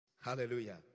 Hallelujah